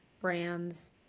brands